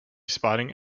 spotting